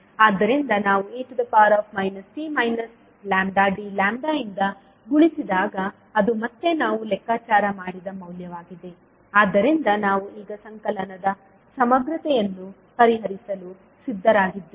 ಆದ್ದರಿಂದ ನಾವು e t d ಯಿಂದ ಗುಣಿಸಿದಾಗ ಅದು ಮತ್ತೆ ನಾವು ಲೆಕ್ಕಾಚಾರ ಮಾಡಿದ ಮೌಲ್ಯವಾಗಿದೆ ಆದ್ದರಿಂದ ನಾವು ಈಗ ಸಂಕಲನದ ಸಮಗ್ರತೆಯನ್ನು ಪರಿಹರಿಸಲು ಸಿದ್ಧರಾಗಿದ್ದೇವೆ